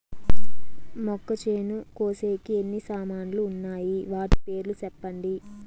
మొక్కచేను కోసేకి ఎన్ని సామాన్లు వున్నాయి? వాటి పేర్లు సెప్పండి?